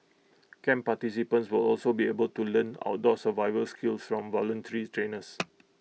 camp participants will also be able to learn outdoor survival skills from voluntary trainers